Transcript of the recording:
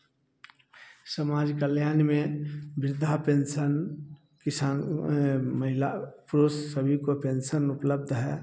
समाज कल्याण में वृद्धा पेंशन किसान महिला पुरुष सभी को पेंशन उपलब्ध है